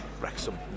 Wrexham